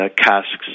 casks